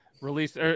release